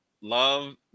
love